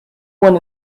when